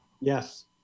Yes